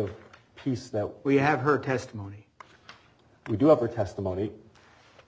of piece that we have heard testimony we do have or testimony